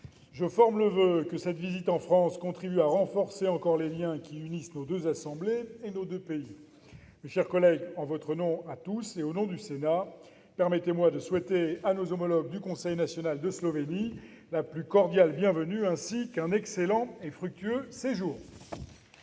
Je forme le voeu que cette visite en France contribue à renforcer encore les liens qui unissent nos deux assemblées et nos deux pays. Mes chers collègues, en votre nom à tous et au nom du Sénat, permettez-moi de souhaiter à nos homologues du Conseil national de Slovénie la plus cordiale bienvenue, ainsi qu'un excellent et fructueux séjour